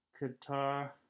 Qatar